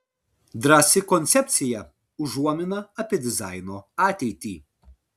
drąsi koncepcija užuomina apie dizaino ateitį